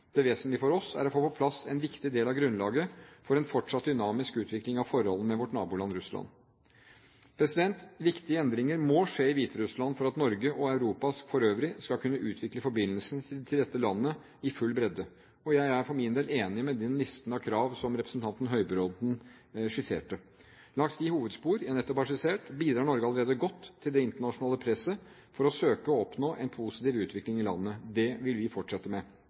Det vesentlige for oss er å få på plass en viktig del av grunnlaget for en fortsatt dynamisk utvikling av forholdet med vårt naboland Russland. Viktige endringer må skje i Hviterussland for at Norge og Europa for øvrig skal kunne utvikle forbindelsen til dette landet i full bredde, og jeg er for min del enig i den listen av krav som representanten Høybråten skisserte. Langs de hovedspor jeg nettopp har skissert, bidrar Norge allerede godt til det internasjonale presset for å søke å oppnå en positiv utvikling i landet. Det vil vi fortsette med.